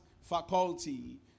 faculty